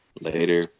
Later